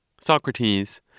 Socrates